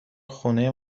خونه